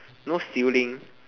no stealing